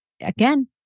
again